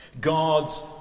God's